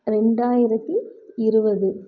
ரெண்டாயிரத்தி இருபது